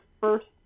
first